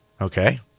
Okay